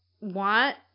want